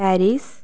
Paris